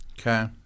Okay